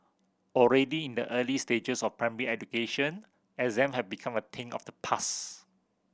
already in the early stages of primary education exam have become a thing of the past